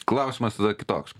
klausimas tada kitoks